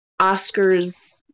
Oscars